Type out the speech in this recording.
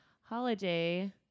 Holiday